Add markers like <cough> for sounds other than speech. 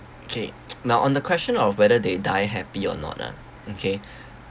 kay <noise> now on the question of whether they die happy or not ah okay